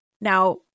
Now